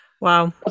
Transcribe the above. wow